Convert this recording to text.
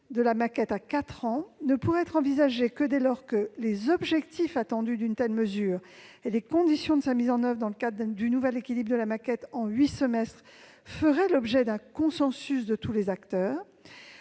de la maquette à quatre ans ne pourrait être envisagé que dès lors que les objectifs visés par une telle mesure et les conditions de sa mise en oeuvre dans le cadre du nouvel équilibre de la maquette en huit semestres feraient l'objet d'un consensus de tous les acteurs.